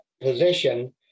position